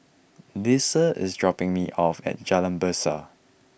Lesa is dropping me off at Jalan Besar